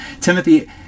Timothy